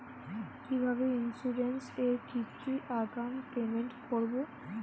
কিভাবে ইন্সুরেন্স এর কিস্তি আগাম পেমেন্ট করবো?